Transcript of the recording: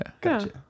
Gotcha